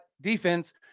defense